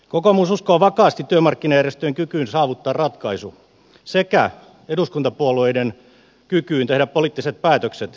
kokoomus uskoo vakaasti työmarkkinajärjestöjen kykyyn saavuttaa ratkaisu sekä eduskuntapuolueiden kykyyn tehdä poliittiset päätökset